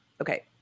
Okay